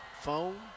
phone